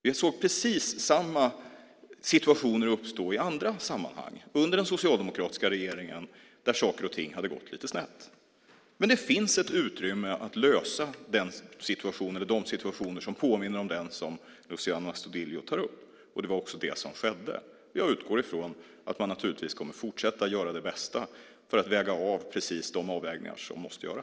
Vi såg precis samma situationer uppstå i andra sammanhang under den socialdemokratiska regeringen när saker och ting hade gått lite snett. Det finns ett utrymme att lösa situationer som påminner om den som Luciano Astudillo tar upp. Det var också det som skedde. Jag utgår från att man kommer att fortsätta att göra sitt bästa för att göra de nödvändiga avvägningarna.